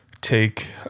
take